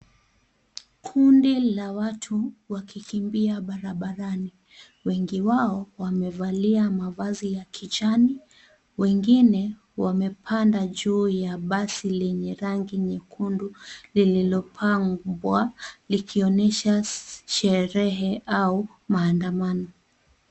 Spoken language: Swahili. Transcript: Kundi la watu wakikimbia barabarani wengi wao wamevalia mavazi ya kijani wengine wamepanda juu ya basi lenye rangi nyekundu lililopambwa likionyesha sherehe au maandamano.